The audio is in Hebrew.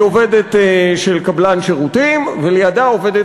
היא עובדת של קבלן שירותים ולידה עובדת